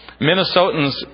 Minnesotans